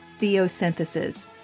Theosynthesis